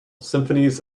symphonies